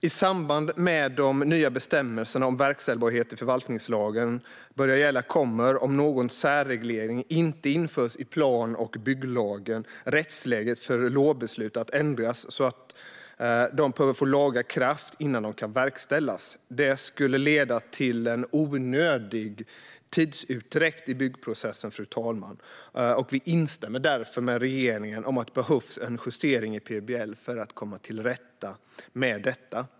I samband med att de nya bestämmelserna om verkställbarhet i förvaltningslagen börjar gälla kommer, om inte någon särreglering införs i plan och bygglagen, rättsläget för lovbeslut att ändras så att de behöver få laga kraft innan de kan verkställas. Det skulle leda till en onödig tidsutdräkt i byggprocessen, fru talman. Vi håller därför med regeringen om att det behövs en justering i PBL för att komma till rätta med detta.